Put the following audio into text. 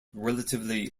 relatively